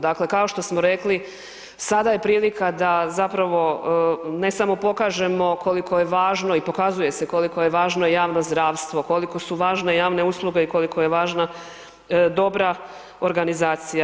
Dakle, kao što rekli, sada je prilika da zapravo ne samo pokažemo koliko je važno i pokazuje se koliko je važno javno zdravstvo, koliko su važne javne usluge i koliko je važna dobra organizacija.